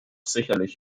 sicherlich